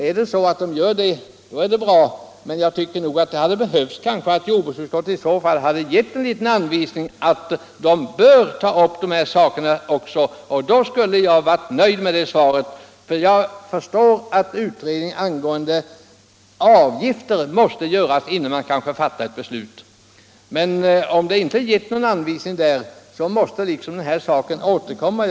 Om den gör det är det bra, men jag tycker det hade behövts att jordbruksutskottet i så fall också hade gett en liten anvisning om det. Jag skulle ha varit nöjd med det svaret, eftersom jag tror att utredningen angående avgifterna måste göras innan man kan fatta ett beslut i den här frågan. Men när det inte har angivits att så skulle bli fallet måste jag återkomma i denna sak.